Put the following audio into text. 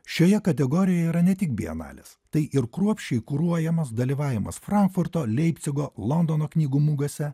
šioje kategorijoje yra ne tik bienalės tai ir kruopščiai kuruojamas dalyvavimas frankfurto leipcigo londono knygų mugėse